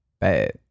Bad